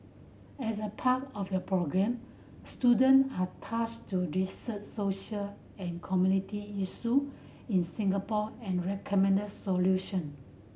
as a part of the programme students are tasked to research social and community issue in Singapore and recommend solution